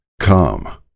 Come